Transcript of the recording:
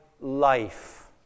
life